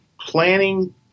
planning